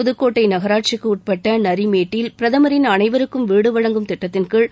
புதுக்கோட்டை நகராட்சிக்கு உட்பட்ட நரிமேட்டில் பிரதமரின் அனைவருக்கும் வீடு வழங்கும் திட்டத்தின்கீழ்